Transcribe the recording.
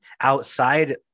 outside